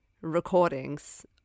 recordings